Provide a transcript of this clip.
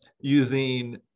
using